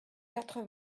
quatre